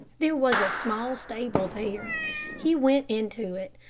there was a small stable there. he went into it,